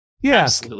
Yes